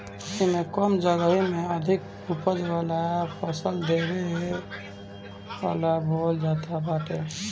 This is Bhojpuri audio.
एमे कम जगही में अधिका उपज देवे वाला फसल बोअल जात बाटे